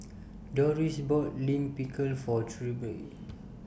Dorris bought Lime Pickle For Trilby